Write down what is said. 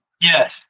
Yes